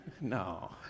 No